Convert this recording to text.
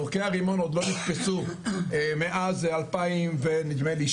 זורקי הרימון עוד לא נתפסו מאז 2006 נדמה לי,